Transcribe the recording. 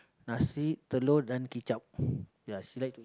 nasi telur dan kicap yeah she like to eat that